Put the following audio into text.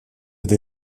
это